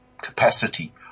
capacity